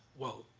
well,